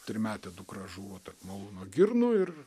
trimetė dukra žuvo tarp malūno girnų ir